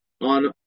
on